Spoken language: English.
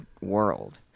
world